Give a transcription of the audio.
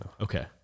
Okay